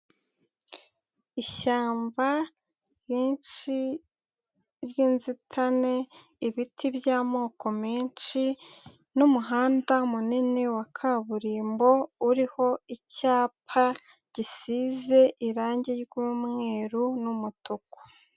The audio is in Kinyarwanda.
Ishyamba ryinshi ry'inzitane, ibiti by'amoko menshi n'umuhanda munini wa kaburimbo, uriho icyapa gisize irangi ry'umweru n'umutuku.